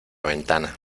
ventana